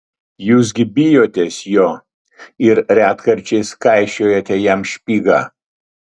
jūs gi bijotės jo ir retkarčiais kaišiojate jam špygą